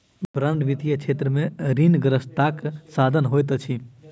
bond वित्तीय क्षेत्र में ऋणग्रस्तताक साधन होइत अछि